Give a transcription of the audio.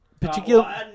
Particular